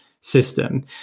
system